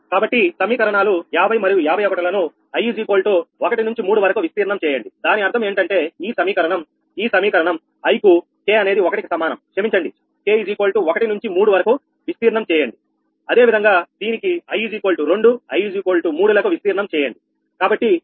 కాబట్టి సమీకరణాలు 50 మరియు 51 లను i1 నుంచి 3 వరకు విస్తీర్ణం చేయండి దాని అర్థం ఏంటంటే ఈ సమీకరణం ఈ సమీకరణం i కు k అనేది ఒకటి కి సమానం క్షమించండి k1 నుంచి 3 వరకు విస్తీర్ణం చేయండి అదేవిధంగా దీనికి i2 i3 లకు విస్తీర్ణం చేయండి